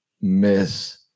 miss